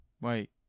Wait